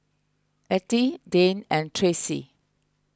Ettie Dayne and Tracy